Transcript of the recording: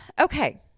okay